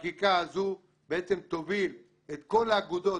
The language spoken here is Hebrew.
החקיקה הזאת תוביל את כל האגודות,